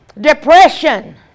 Depression